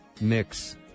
mix